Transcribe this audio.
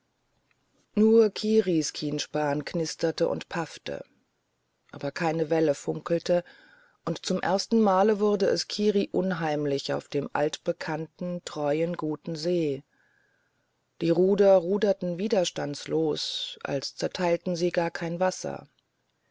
nur kiris kienspan knisterte und paffte aber keine welle funkelte und zum ersten male wurde es kiri unheimlich auf dem altbekannten treuen guten see die ruder ruderten widerstandslos als zerteilten sie gar kein wasser